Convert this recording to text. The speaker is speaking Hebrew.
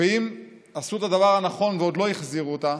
ואם עשו את הדבר הנכון ועוד לא החזירו אותה,